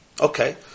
Okay